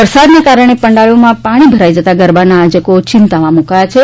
વરસાદના કારણે પંડાણોમાં પાણી ભરાઇ જતા ગરબાના આયોજકો ચિંતામાં મુકાયા છે